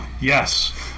Yes